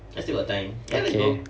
okay